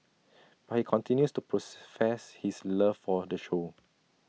but he continues to pros fess his love for the show